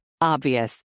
Obvious